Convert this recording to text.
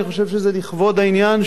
אני חושב שזה לכבוד העניין,